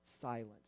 silent